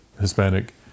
Hispanic